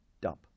dump